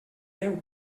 veu